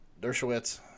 Dershowitz